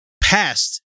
Past